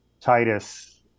Titus